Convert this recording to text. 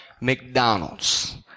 McDonald's